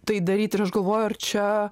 tai daryt ir aš galvoju ar čia